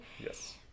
Yes